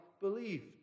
believed